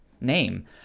name